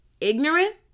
Ignorant